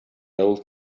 old